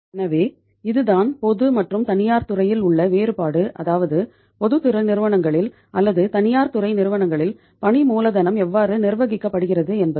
எனவே இது தான் பொது மற்றும் தனியார் துறையில் உள்ள வேறுபாடு அதாவது பொதுத்துறை நிறுவனங்களில் அல்லது தனியார் துறை நிறுவனங்களில் பணி மூலதனம் எவ்வாறு நிர்வகிக்கப்படுகிறது என்பது